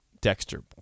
Dexter